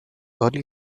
early